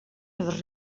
los